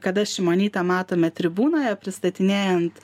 kada šimonytę matome tribūnoje pristatinėjant